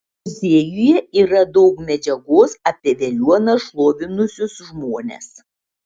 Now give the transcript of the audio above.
muziejuje yra daug medžiagos apie veliuoną šlovinusius žmones